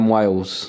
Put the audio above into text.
Wales